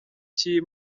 cy’iyi